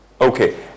Okay